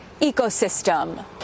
ecosystem